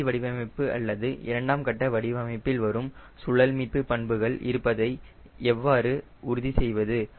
இறுதி வடிவமைப்பு அல்லது இரண்டாம் கட்ட வடிவமைப்பில் வரும் சுழல் மீட்பு பண்புகள் இருப்பதை எவ்வாறு உறுதி செய்வது